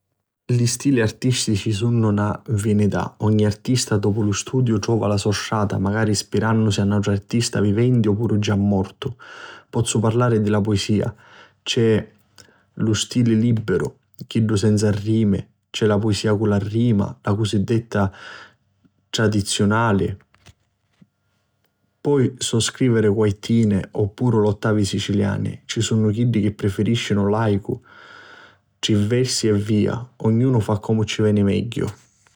Li stili artistici sunnu na nfinità, ogni artista, dopu lu studiu, trova la so strata macari ispirannusi a nautru artista viventi o puru già mortu. Pozzu parrari di la puisìa: c'è lu stili libiru, chiddu senza rimi, cè la puisia cu la rima, chi cunsidirata tradiunali. Poi si po scriviri quartini o puru 'n ottavi siciliani. Ci sunnu chiddi chi prifiriscinu l'Haiku, trì versi e via. Ognunu fa comu ci veni megghiu.